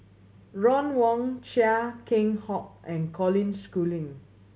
Ron Wong Chia Keng Hock and Colin Schooling